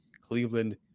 Cleveland